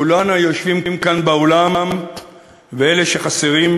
כולנו היושבים כאן באולם ואלה שחסרים,